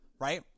right